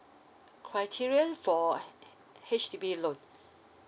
criteria for H_D_B loan